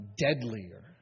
deadlier